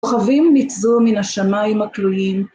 ‫כוכבים ניתזו מן השמיים הקלועים.